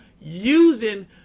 using